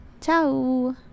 Ciao